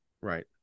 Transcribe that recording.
right